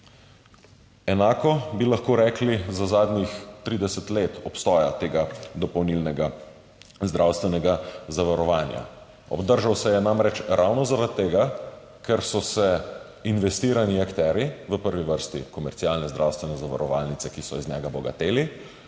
Enako bi lahko rekli za zadnjih 30 let obstoja tega dopolnilnega zdravstvenega zavarovanja. Obdržal se je namreč ravno zaradi tega, ker so se investirani akterji, v prvi vrsti komercialne zdravstvene zavarovalnice, ki so iz njega bogatele,